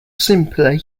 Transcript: simpler